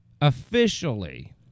Officially